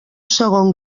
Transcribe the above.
segon